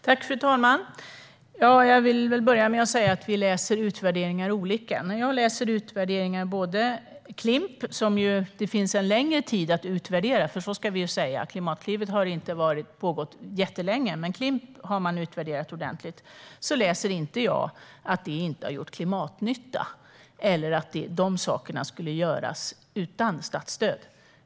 Fru talman! Jag och Rickard Nordin läser utvärderingar på olika sätt. När jag läser utvärderingar av Klimp, som har utvärderats ordentligt eftersom det pågick under en längre tid än Klimatklivet, som inte har pågått jättelänge, läser jag inte att det inte har lett till någon klimatnytta eller att de sakerna skulle göras även utan statsstöd.